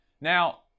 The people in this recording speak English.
Now